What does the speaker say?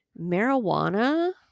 Marijuana